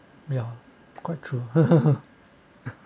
ya quite true